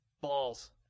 Balls